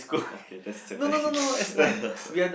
okay that's